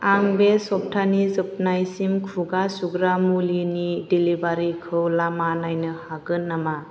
आं बे सप्ताहनि जोबनायसिम खुगा सुग्रा मुलिनि डेलिभारिखौ लामा नायनो हागोन नामा